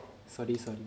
for this ah